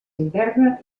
interna